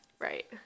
Right